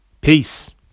Peace